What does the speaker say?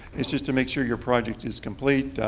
it's just to make sure your project is complete.